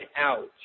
out